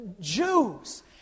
Jews